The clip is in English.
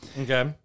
okay